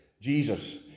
Jesus